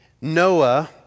Noah